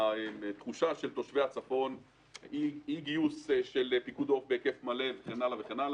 התחושה של תושבי הצפון היא אי-גיוס של פיקוד עורף בהיקף מלא וכן הלאה.